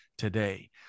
today